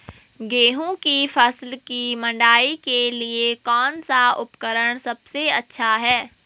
गेहूँ की फसल की मड़ाई के लिए कौन सा उपकरण सबसे अच्छा है?